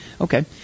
Okay